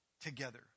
together